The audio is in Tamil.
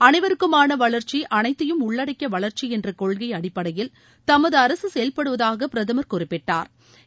அனைவருக்குமான வளர்ச்சி அனைத்தையும் உள்ளடக்கிய வளர்ச்சி என்ற கொள்கை என்ற அடிப்படையில் தமதுஅரசு செயல்படுவதாக பிரதமர் குறிப்பிட்டாா்